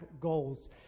Goals